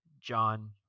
John